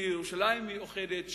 שירושלים מאוחדת,